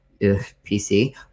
PC